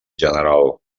general